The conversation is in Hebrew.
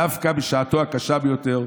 דווקא בשעתו הקשה ביותר,